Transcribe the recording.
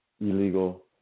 illegal